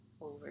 over